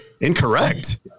Incorrect